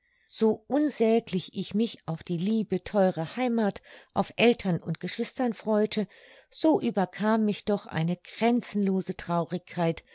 so unsäglich ich mich auf die liebe theure heimath auf eltern und geschwister freute so überkam mich doch eine grenzenlose traurigkeit